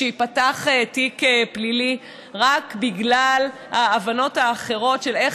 שייפתח תיק פלילי רק בגלל ההבנות האחרות של איך